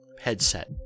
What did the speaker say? headset